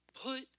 put